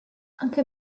anche